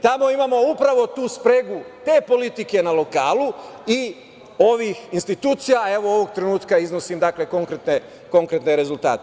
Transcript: Tamo imamo upravo tu spregu te politike na lokalu i ovih institucija, evo, ovog trenutka iznosim dakle, konkretne rezultate.